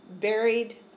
buried